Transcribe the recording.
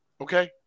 Okay